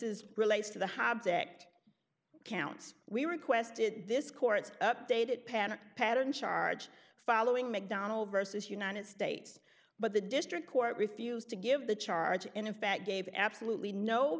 is relates to the hobbs act counts we requested this court's updated panicked pattern charge following mcdonald versus united states but the district court refused to give the charge and in fact gave absolutely no